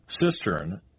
cistern